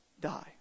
Die